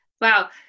Wow